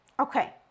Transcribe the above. okay